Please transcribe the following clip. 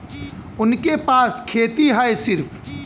उनके पास खेती हैं सिर्फ